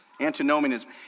Antinomianism